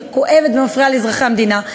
שכואבת ומפריעה לאזרחי המדינה,